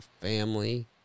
family